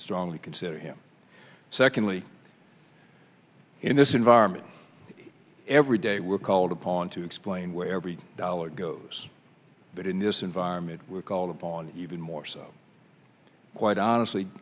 strongly consider him secondly in this environment every day we're called upon to explain where every dollar goes but in this environment we're called upon even more so quite honestly